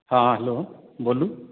हँ हेलो बोलू